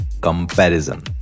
comparison